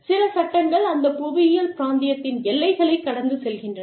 சில சட்டங்கள் அந்த புவியியல் பிராந்தியத்தின் எல்லைகளைக் கடந்து செல்கின்றன